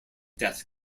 death